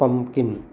pumpkin